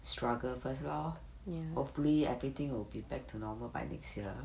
struggle first lor hopefully everything will be back to normal by next year